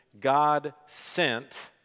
God-sent